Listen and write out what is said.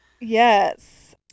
yes